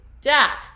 dak